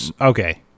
okay